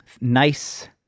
nice